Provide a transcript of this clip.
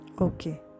okay